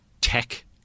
tech